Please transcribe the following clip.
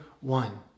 one